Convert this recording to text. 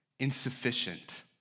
insufficient